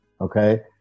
okay